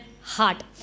heart